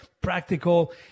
practical